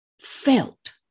felt